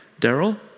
Daryl